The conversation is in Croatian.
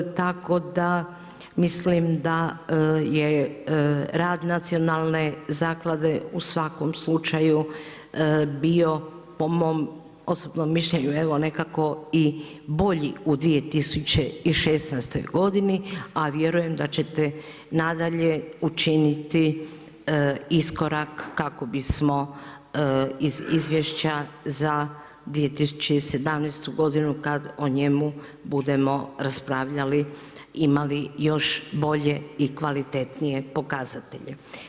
Tako da mislim da je rad Nacionalne zaklade u svakom slučaju bio po mom osobnom mišljenju evo nekako i bolji u 2016. godini a vjerujem da će te nadalje učiniti iskorak kako bismo iz izvješća za 2017. godinu kad o njemu budemo raspravljali, imali još bolje i kvalitetnije pokazatelje.